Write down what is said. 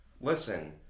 listen